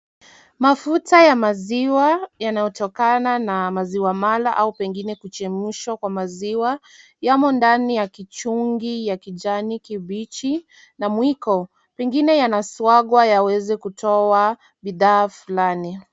Mafuta ya maziwa yanayotokana na maziwa mala au pengine kuchemshwa kwa maziwa yamo ndani ya kichungi ya kijani kibichi na mwiko. Vingine yanasiagwa yaweze kutoa bidhaa fulani.